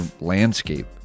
landscape